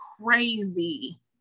crazy